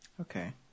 Okay